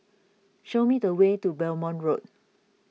show me the way to Belmont Road